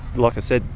like i said,